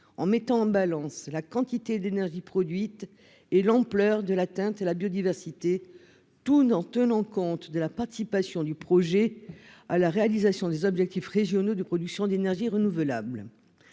au regard de la quantité d'énergie produite et de l'ampleur de l'atteinte à la biodiversité, tout en tenant également compte de la participation du projet concerné à la réalisation des objectifs régionaux de production d'énergies renouvelables.